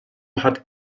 had